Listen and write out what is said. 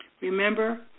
Remember